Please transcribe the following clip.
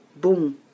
boom